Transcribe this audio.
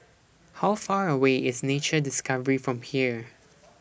How Far away IS Nature Discovery from here